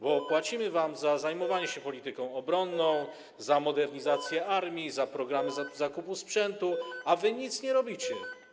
Bo płacimy wam za zajmowanie się polityką obronną, za modernizację armii, za programy zakupu sprzętu, a wy nic nie robicie.